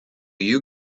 you